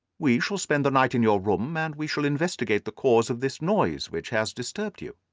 we shall spend the night in your room, and we shall investigate the cause of this noise which has disturbed you.